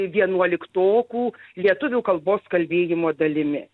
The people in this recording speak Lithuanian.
vienuoliktokų lietuvių kalbos kalbėjimo dalimi